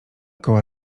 koła